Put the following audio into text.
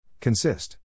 Consist